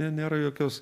ne nėra jokios